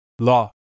law